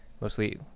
mostly